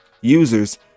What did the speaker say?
Users